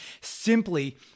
simply